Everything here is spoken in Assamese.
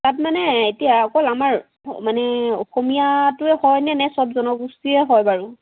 তাত মানে এতিয়া অকল আমাৰ মানে অসমীয়াটোৱে হয়নে নে চব জনগোষ্ঠীৰে হয় বাৰু